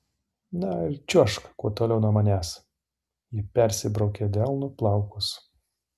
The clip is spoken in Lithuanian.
na ir čiuožk kuo toliau nuo manęs ji persibraukė delnu plaukus